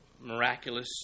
miraculous